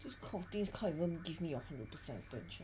this kind of things can't even give me your hundred percent attention